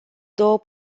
două